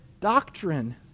doctrine